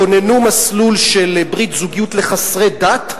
כוננו מסלול של ברית זוגיות לחסרי דת,